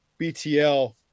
BTL